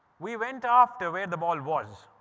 we went after where the ball was!